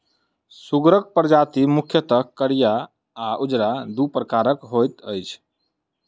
सुगरक प्रजाति मुख्यतः करिया आ उजरा, दू प्रकारक होइत अछि